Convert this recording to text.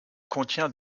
contient